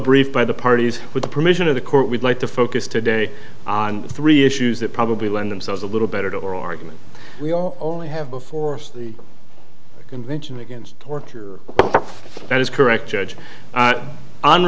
briefed by the parties with the permission of the court we'd like to focus today on three issues that probably lend themselves a little better to oral argument we have before the convention against torture that is correct judge